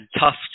tough